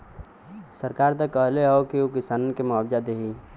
सरकार त कहले हौ की उ किसानन के मुआवजा देही